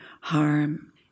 harm